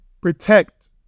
protect